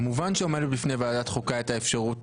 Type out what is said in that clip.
כמובן שעומדת בפני ועדת החוקה האפשרות